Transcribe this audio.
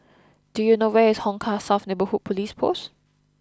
do you know where is Hong Kah South Neighbourhood Police Post